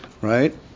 Right